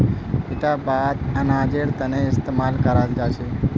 इटा बात अनाजेर तने इस्तेमाल कराल जा छे